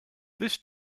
this